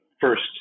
first